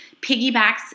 piggybacks